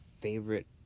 favorite